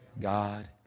God